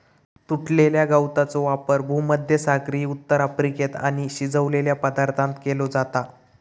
तुटलेल्या गवाचो वापर भुमध्यसागरी उत्तर अफ्रिकेत आणि शिजवलेल्या पदार्थांत केलो जाता